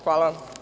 Hvala.